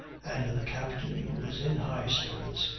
and the captain, who was in high spirits,